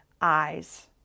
eyes